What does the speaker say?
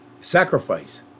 Sacrifice